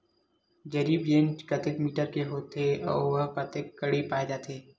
जरीब चेन कतेक मीटर के होथे व कतेक कडी पाए जाथे?